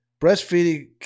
Breastfeeding